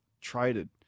traded